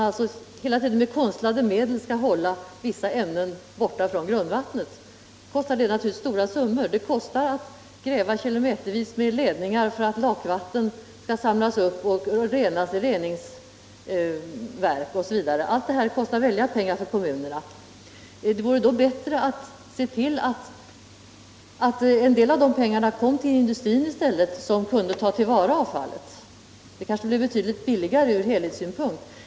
Att hela tiden med konstlade medel hålla vissa ämnen borta från grundvattnet kostar naturligtvis stora summor. Det kostar att dra ledningar kilometervis för att lakvatten skall samlas upp och renas i reningsverk. Allt det här kostar således väldiga pengar för kommunerna. Det vore då bättre att se till att en del av dessa pengar i stället gick till industrin som kunde ta till vara avfallet — det kanske skulle bli betydligt billigare ur helhetssynpunkt.